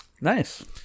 nice